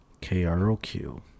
K-R-O-Q